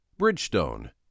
Bridgestone